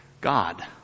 God